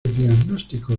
diagnóstico